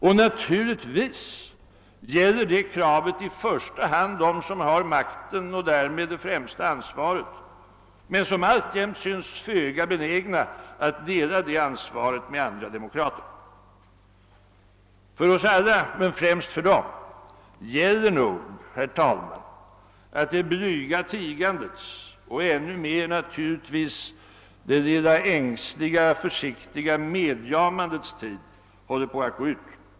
Och naturligtvis gäller det kravet i första hand dem som har makten och därmed det främsta ansvaret men som alltjämt synes föga benägna att dela det ansvaret med andra demokrater. För oss alla, men främst för dem, gäller nog, herr talman, att det blyga tigandet och ännu mer naturligtvis det lilla ängsligt försiktiga medjamandets tid håller på att gå ut.